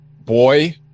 boy